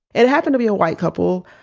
it happened to be a white couple,